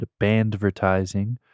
bandvertising